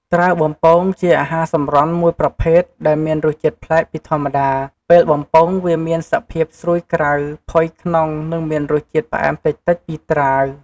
ត្រាវបំពង ជាអាហារសម្រន់មួយប្រភេទដែលមានរសជាតិប្លែកពីធម្មតា ពេលបំពងវាមានសភាពស្រួយក្រៅ ផុយក្នុង និងមានរសជាតិផ្អែមតិចៗពីត្រាវ។